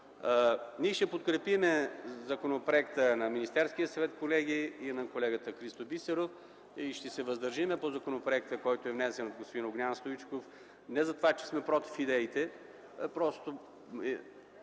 Ние ще подкрепим законопроекта на Министерския съвет, колеги, и на колегата Христо Бисеров. Ще се въздържим по законопроекта, който е внесен от господин Огнян Стоичков – не затова че сме против идеите, просто